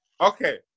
Okay